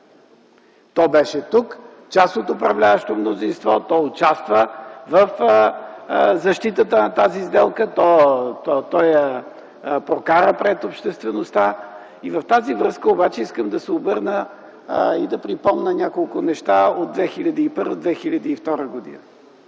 То беше тук, част от управляващото мнозинство, то участва в защитата на тази сделка, то я прокара пред обществеността. В тази връзка обаче искам да се обърна и да припомня няколко неща от 2001 г.